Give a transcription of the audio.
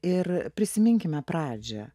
ir prisiminkime pradžią